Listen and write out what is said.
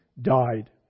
died